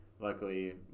Luckily